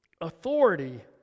Authority